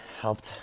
helped